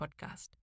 Podcast